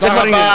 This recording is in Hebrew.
זה כבר עניינו.